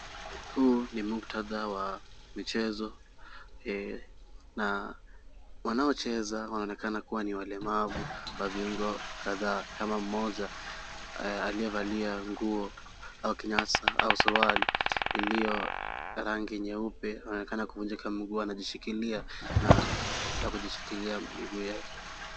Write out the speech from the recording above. Huu ni muhtadha wa michezo na wanaocheza wanaonekana kuwa ni wamemavu, wazingo, kadhaa. Kama mmoja. Eh, aliyevalia nguo au kinasa, au surwali, iliyo rangi nyeupe , anaonekana kuvunjika miguu anajisikilia na kujishikilia miguu yake.